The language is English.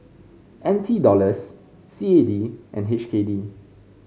N T Dollars C A D and H K D